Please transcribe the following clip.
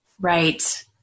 Right